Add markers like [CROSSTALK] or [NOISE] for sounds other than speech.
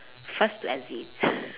first to exit [LAUGHS]